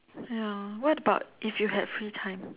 ya what about if you had free time